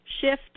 shift